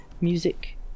music